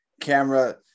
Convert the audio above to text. camera